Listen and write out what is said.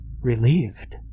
relieved